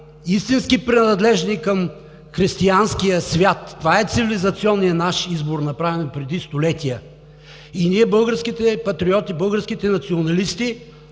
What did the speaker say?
истински принадлежащи към християнския свят, това е цивилизационният наш избор, направен преди столетия. И българските патриоти, и българските националисти,